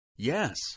Yes